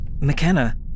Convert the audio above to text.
McKenna